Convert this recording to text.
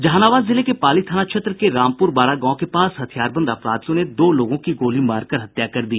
जहानाबाद जिले के पाली थाना क्षेत्र के रामपूर बारा गांव के पास हथियारबंद अपराधियों ने दो लोगों की गोली मारकर हत्या कर दी